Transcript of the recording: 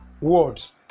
words